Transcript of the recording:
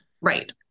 right